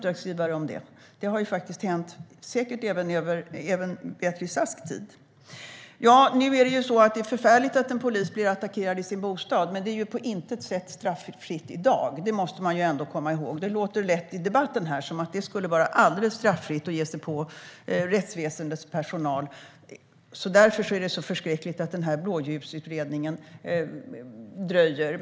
Det har hänt, säkert även under Beatrice Asks tid i regering. Det är förfärligt att en polis blir attackerad i sin bostad, men det är på intet sätt straffritt i dag. Det måste man ändå komma ihåg. Det låter lätt i debatten som att det skulle vara alldeles straffritt att ge sig på rättsväsendets personal och att det därför är så förskräckligt att den här blåljusutredningen dröjer.